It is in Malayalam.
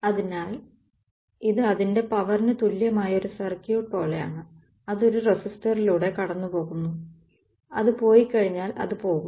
അതിനാൽ ഇത് അതിന്റെ പവറിന് തുല്യമായ ഒരു സർക്യൂട്ട് പോലെയാണ് അത് ഒരു റെസിസ്റ്ററിലൂടെ കടന്നുപോകുന്നു അത് പോയിക്കഴിഞ്ഞാൽ അത് പോകും